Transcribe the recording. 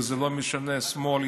וזה לא משנה שמאל,